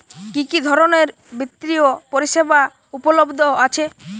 কি কি ধরনের বৃত্তিয় পরিসেবা উপলব্ধ আছে?